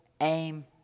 aim